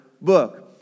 book